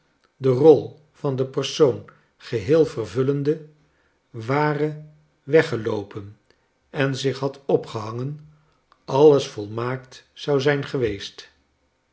de rol van den persoon geheel vervullende ware weggeloopen en zich had opgehangen alles volmaakt zou zijn geweest